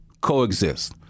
coexist